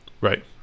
Right